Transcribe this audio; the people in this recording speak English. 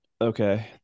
okay